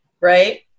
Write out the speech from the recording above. Right